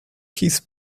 his